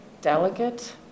delicate